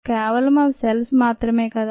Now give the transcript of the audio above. కేవలం అవి సెల్స్ మాత్రమే కదా